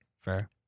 fair